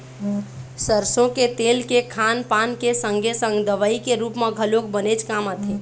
सरसो के तेल के खान पान के संगे संग दवई के रुप म घलोक बनेच काम आथे